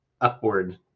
upward